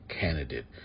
candidate